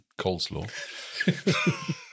coleslaw